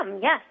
yes